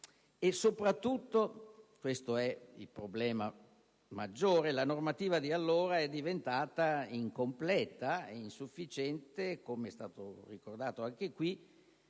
Soprattutto, questo è il problema maggiore, la normativa di allora è diventata incompleta e insufficiente - com'è stato ricordato - per